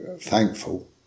thankful